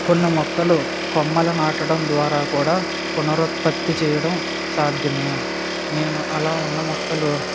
కొన్ని మొక్కలు కొమ్మల నాటడం ద్వారా కూడా పునరుత్పత్తి చేయడం సాధ్యమే నేను అలా ఉన్న మొక్కలు